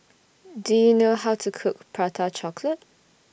Do YOU know How to Cook Prata Chocolate